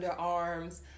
underarms